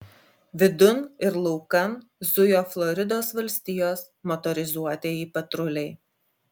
vidun ir laukan zujo floridos valstijos motorizuotieji patruliai